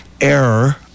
error